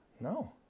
No